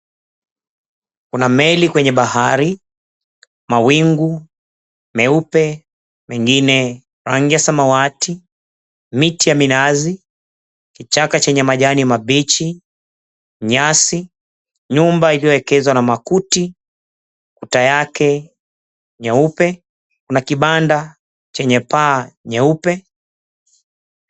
Kuna meli kwenye bahari, mawingu meupe mengine rangi ya samawati, miti ya minazi, kichaka chenye majani mabichi, nyasi, nyumba ilioekezwa na makuti kuta yake nyeupe. Kuna kibanda chenye paa nyeupe.